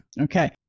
Okay